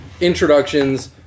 introductions